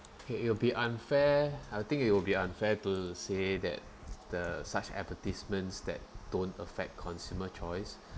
okay it will be unfair I think it will be unfair to say that the such advertisements that don't affect consumer choice